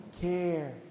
care